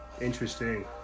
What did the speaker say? Interesting